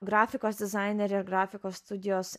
grafikos dizainerį ir grafikos studijos